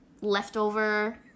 leftover